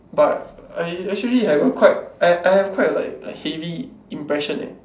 but I actually have a quite I I have quite a like heavy impression eh